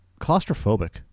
claustrophobic